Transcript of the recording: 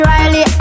Riley